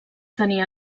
tenia